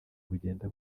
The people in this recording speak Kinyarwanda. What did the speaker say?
bugenda